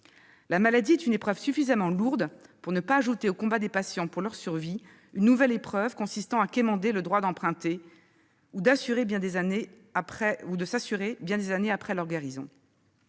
La maladie est une épreuve suffisamment lourde pour ne pas ajouter au combat des patients pour leur survie, une nouvelle épreuve consistant à quémander le droit d'emprunter, ou de s'assurer correctement, des années après leur guérison.